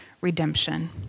redemption